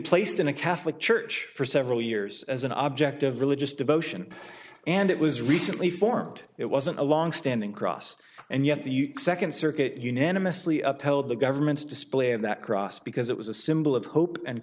placed in a catholic church for several years as an object of religious devotion and it was recently formed it wasn't a long standing cross and yet the second circuit unanimously upheld the government's display of that cross because it was a symbol of hope and